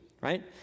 right